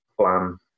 plan